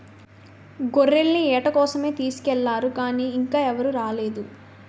గొర్రెల్ని ఏట కోసమే తీసుకెల్లారు గానీ ఇంకా ఎవరూ రాలేదు